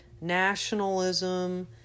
nationalism